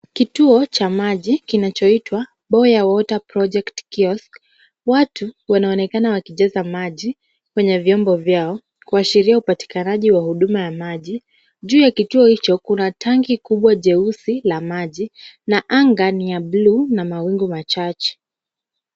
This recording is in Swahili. Kituo cha maji kinachoitwa Boya Water Project Kiosk, watu wanaonekana wakijaza maji kwenye vyombo vyao, kuashiria upatikanaji wa huduma ya maji. Juu ya kituo hicho kuna tanki kubwa jeusi la maji na anga ni la buluu na mawingu machache.